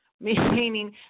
Meaning